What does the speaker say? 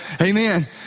Amen